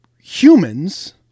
humans